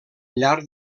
llarg